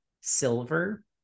silver